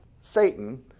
Satan